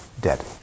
Dead